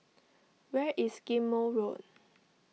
where is Ghim Moh Road